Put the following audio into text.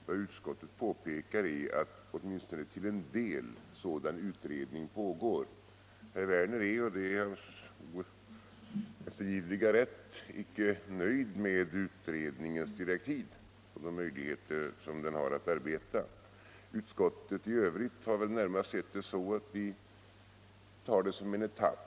Vad utskottet påpekar är att åtminstone till en del sådan utredning pågår. Herr Werner är missnöjd med utredningens direktiv och dess möjligheter att arbeta, och det är hans oeftergivliga rätt att vara det. Utskottsmajoriteten har närmast sett det så att vi tar detta som en etapp.